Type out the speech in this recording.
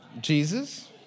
Jesus